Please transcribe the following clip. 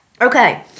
Okay